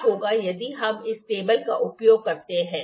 क्या होगा यदि हम इस टेबल का उपयोग करते हैं